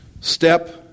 Step